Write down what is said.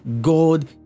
God